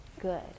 Good